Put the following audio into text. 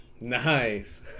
Nice